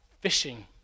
fishing